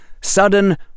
Sudden